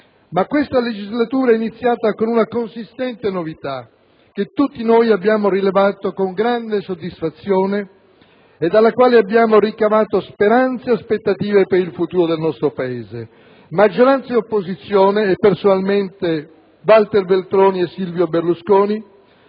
ma questa legislatura è iniziata con una consistente novità, che tutti noi abbiamo rilevato con grande soddisfazione e dalla quale abbiamo ricavato speranze e aspettative per il futuro del nostro Paese: maggioranza e opposizione, e personalmente Walter Veltroni e Silvio Berlusconi,